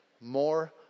more